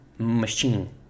Machine